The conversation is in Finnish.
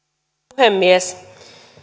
puhemies